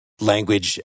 language